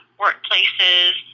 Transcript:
workplaces